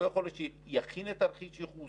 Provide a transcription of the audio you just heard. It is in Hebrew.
לא יכול להיות שיכין את תרחיש הייחוס